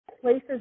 places